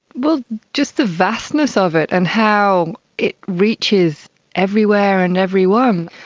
well, just the vastness of it and how it reaches everywhere and everyone.